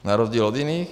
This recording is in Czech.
Na rozdíl od jiných?